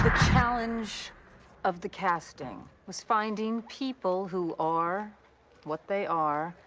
challenge of the casting was finding people who are what they are,